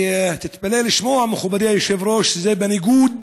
תתפלא לשמוע, מכובדי היושב-ראש, זה בניגוד